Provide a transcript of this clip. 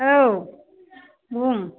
औ बुं